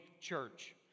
church